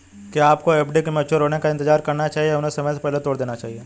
क्या आपको एफ.डी के मैच्योर होने का इंतज़ार करना चाहिए या उन्हें समय से पहले तोड़ देना चाहिए?